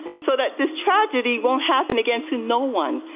so that this tragedy won't happen again to know one.